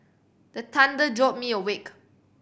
the thunder jolt me awake